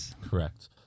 Correct